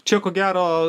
čia ko gero